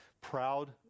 proud